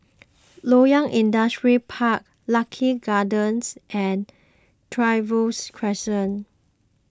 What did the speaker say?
Loyang Industrial Park Lucky Gardens and Trevose Crescent